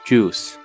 Juice